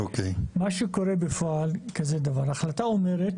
מה שקורה בפועל זה כזה דבר: ההחלטה אומרת